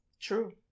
True